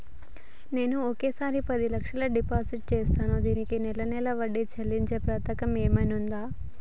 నేను ఒకేసారి పది లక్షలు డిపాజిట్ చేస్తా దీనికి నెల నెల వడ్డీ చెల్లించే పథకం ఏమైనుందా?